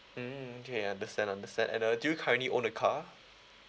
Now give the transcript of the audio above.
mm okay understand understand and uh do you currently own a car